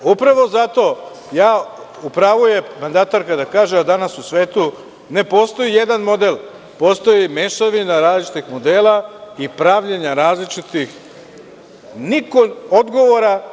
U pravu je mandatar kada kaže da danas u svetu ne postoji jedan model, postoji mešavina različitih modela i pravljenje različitih odgovora.